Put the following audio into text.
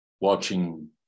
watching